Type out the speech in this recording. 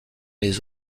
les